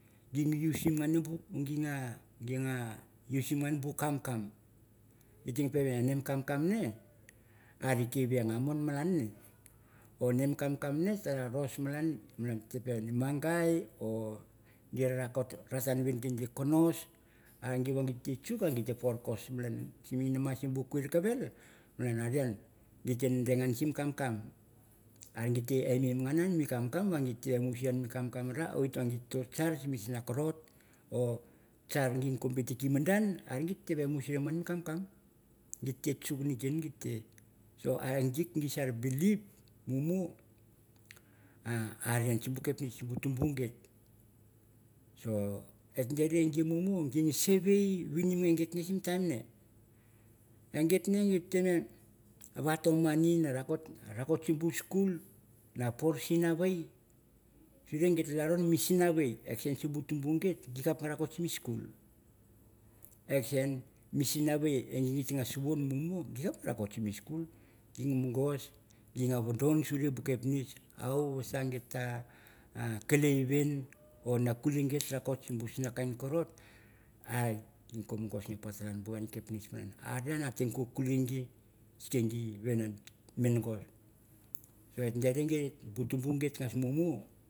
Ginaga ginga usim nagon bu kamkam gita pegin na mi kamkam nge are kavieng bi are mon mon nge or nge mi kamkam ate ros malan nge malan e manggai or ritan di konos a git tave git ta por kos sim mu naua sim bu quiukavel malan a re en e git den simi kamkau git ve caur vastim noan mi kamkam re wit ge sim nisna korot or caur oit be te chock nekien so sim guise bilig maun bu mumu ge re sim kamisch sebu tuubu git so e dere bu mumu ge sevel vinim nge oitguten sim mi taim ngesure sure gi vator moni na ra tok sim skul na por sinavei sure gi laro sinavei en sen sim bu tunbu ge karno rakot sim skul. Acthen sim, mi simnavei gi te be suwun mumu gi kap no rakot sim skul ge monouos ge vadon sure bu kapnitch vaga git ba keilei vin or na kuleigit rakot sim busna karot a malan mongos va partara, bu kain kepnitch en. A rei in a tem no kulei git se or